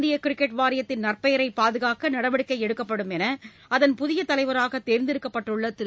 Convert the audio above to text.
இந்திய கிரிக்கெட் வாரியத்தின் நற்பெயரை பாதுகாக்க நடவடிக்கை எடுக்கப்படும் என அதன் புதிய தலைவராக தேர்ந்தெடுக்கப்பட்டுள்ள திரு